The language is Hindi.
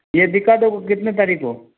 ये दिखा दो कितने तारीख को